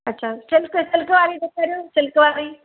अछा silk silk वारी ॾेखारियो सिल्क वारी